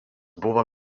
buvo